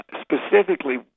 Specifically